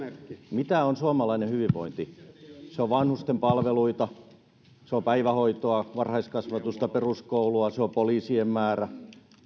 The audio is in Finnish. mitä on suomalainen hyvinvointi se on vanhusten palveluita se on päivähoitoa varhaiskasvatusta peruskoulua se on poliisien määrä